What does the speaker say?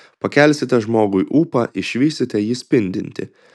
pakelsite žmogui ūpą išvysite jį spindintį